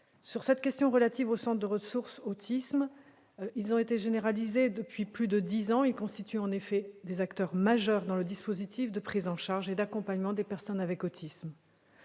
particulièrement, l'autisme. Les centres de ressources autisme ont été généralisés depuis plus de dix ans. Ils sont effectivement des acteurs majeurs dans le dispositif de prise en charge et d'accompagnement des personnes avec autisme.